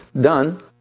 done